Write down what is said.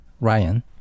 Ryan